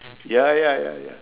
ya ya ya ya